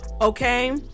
Okay